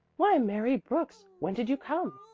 why, mary brooks! when did you come?